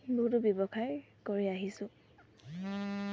বহুতো ব্যৱসায় কৰি আহিছোঁ